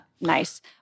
Nice